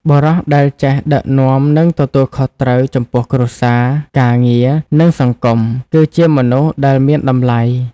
បុរសដែលចេះដឹកនាំ និងទទួលខុសត្រូវចំពោះគ្រួសារ ការងារ និងសង្គម គឺជាមនុស្សដែលមានតម្លៃ។